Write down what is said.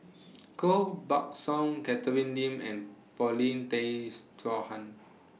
Koh Buck Song Catherine Lim and Paulin Tay Straughan